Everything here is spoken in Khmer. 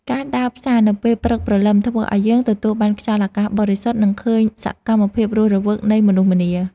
ការដើរផ្សារនៅពេលព្រឹកព្រលឹមធ្វើឱ្យយើងទទួលបានខ្យល់អាកាសបរិសុទ្ធនិងឃើញសកម្មភាពរស់រវើកនៃមនុស្សម្នា។